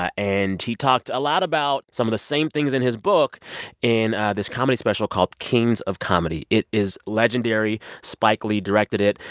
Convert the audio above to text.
ah and he talked a lot about some of the same things in his book in this comedy special called kings of comedy. it is legendary. spike lee directed it.